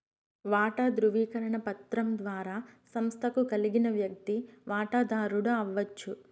వాటా దృవీకరణ పత్రం ద్వారా సంస్తకు కలిగిన వ్యక్తి వాటదారుడు అవచ్చు